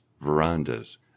verandas